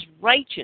righteous